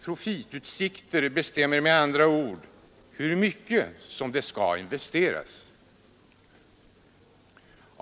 Profitutsikterna bestämmer med andra ord hur mycket som skall investeras.